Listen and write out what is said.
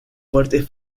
fuertes